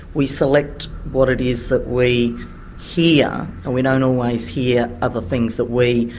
we select what it is that we hear, and we don't always hear other things that we,